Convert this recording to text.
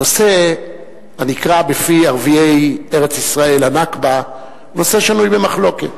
הנושא הנקרא בפי ערביי ארץ-ישראל ה"נכבה" הוא נושא שנוי במחלוקת